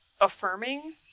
affirming